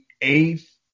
eighth